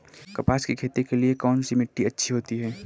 कपास की खेती के लिए कौन सी मिट्टी अच्छी होती है?